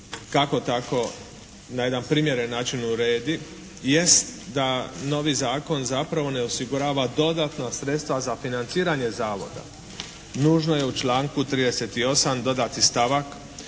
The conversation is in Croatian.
kako tako na jedan primjeren način uredi, jest da novi zakon zapravo ne osigurava dodatna sredstva za financiranje zavoda. Nužno je u članku 38. dodati stavak